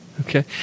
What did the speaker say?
Okay